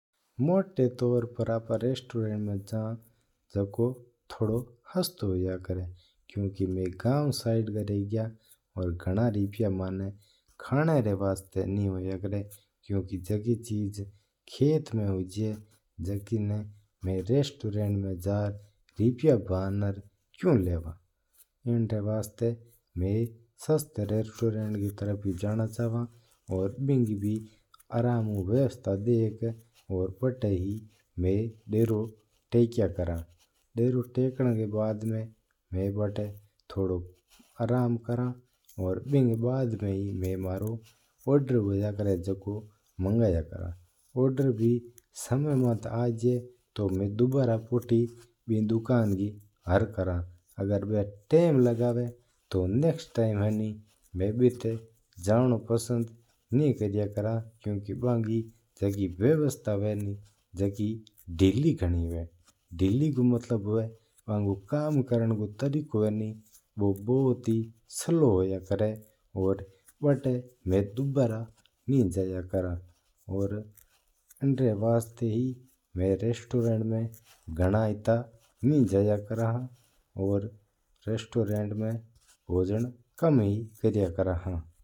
मोटा तोर पर आपा रेस्टोरेंट माइं जवा थोड़ी ओ हस्तो होया करा है। क्युकी मैं गाव साइड का रहग्या गाणा रुपया माना खाना री वास्ता ना होया करा है। क्युकी झांकी चिज्ज खेत माइं हो जवा जिन्ना माइं रेस्टोरेंट माइं जनन रुपया बैंक आन क्यु लेवा। इन वास्त मैं सस्ता रेस्टोरेंट की तरफ ही जावणो चाहवां और भीकी भी आम ऊ व्यवस्था देखण और बता ही मैं धेरोई ट्रेलक्या करा है। बता थोड़ी आराम करा बिणा बाद ही मसि मनोई जो ऑर्डर होया करा है बिना मैं मंगया करा है। ऑर्डर भी समय मात आ जवा तो मैं पुट्टी दुकान मात जवा वरना कोन जवा।